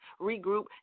regroup